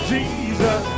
Jesus